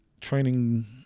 training